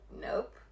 Nope